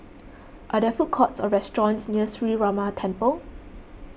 are there food courts or restaurants near Sree Ramar Temple